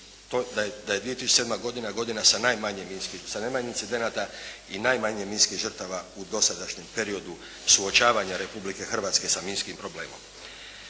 da je 2007. godina, godina sa najmanje incidenata i najmanje minskih žrtava u dosadašnjem periodu suočavanja Republike Hrvatske sa minskim problemom.